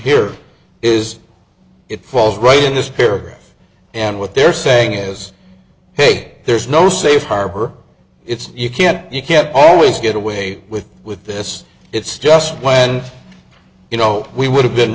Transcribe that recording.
here is it falls right in this paragraph and what they're saying is hey there's no safe harbor it's you can't you can always get away with with this it's just when you know we would have been